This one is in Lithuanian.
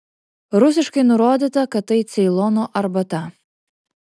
rusiškai nurodyta kad tai ceilono arbata